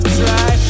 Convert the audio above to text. try